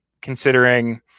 considering